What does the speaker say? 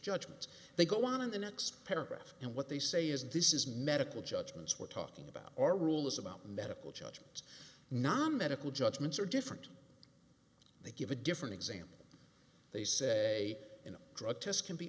judgments they go on in the next paragraph and what they say is this is medical judgments we're talking about are rules about medical judgments non medical judgments are different they give a different example they say in a drug test can be